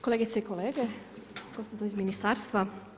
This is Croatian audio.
Kolegice i kolege, gospodo iz ministarstva.